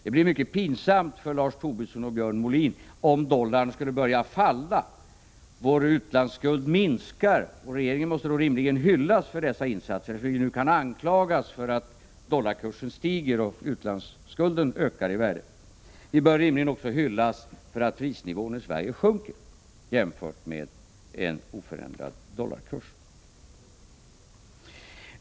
Det blir mycket pinsamt för Lars Tobisson och Björn Molin om dollarkursen börjar falla. Om således vår utlandsskuld börjar minska, måste rimligtvis regeringen hyllas för sina insatser. Nu anklagas den ju för att dollarkursen stiger och utlandsskulden ökar i värde. Regeringen bör alltså hyllas om prisnivån sjunker jämfört med en oförändrad dollarkurs.